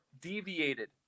deviated